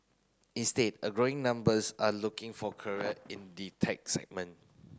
instead a growing numbers are looking for career in the tech segment